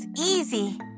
easy